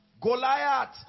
Goliath